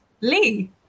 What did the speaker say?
lee